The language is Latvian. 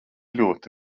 ļoti